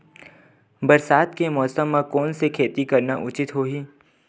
बरसात के मौसम म कोन से खेती करना उचित होही?